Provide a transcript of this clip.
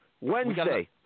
Wednesday